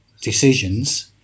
Decisions